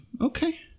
okay